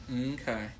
Okay